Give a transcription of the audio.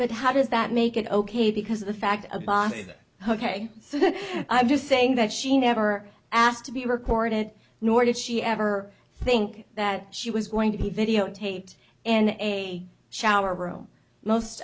but how does that make it ok because the fact of ok so i'm just saying that she never asked to be recorded nor did she ever think that she was going to be videotaped in a shower room most